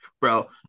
bro